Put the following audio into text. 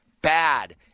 bad